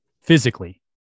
Physically